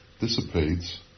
dissipates